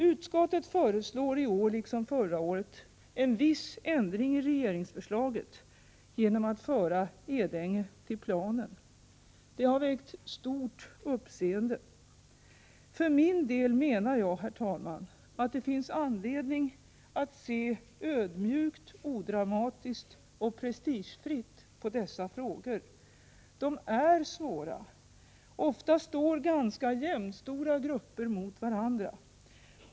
Utskottet föreslår, i år liksom förra året, en viss ändring i regeringsförslaget genom att föra Edänge till planen. Det har väckt stort uppseende. För min del menar jag, herr talman, att det finns anledning att se ödmjukt, odramatiskt och prestigefritt på dessa frågor. De är svåra. Ofta står ganska jämstora grupper mot varandra.